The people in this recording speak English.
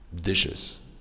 dishes